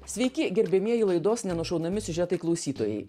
sveiki gerbiamieji laidos nenušaunami siužetai klausytojai